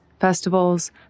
festivals